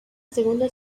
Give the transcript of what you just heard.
segunda